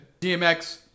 DMX